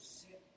sit